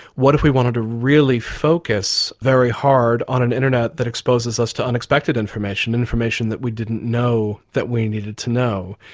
what if we wanted to really focus very hard on an internet that exposes us to unexpected information information that we didn't know that we needed to know?